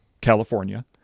California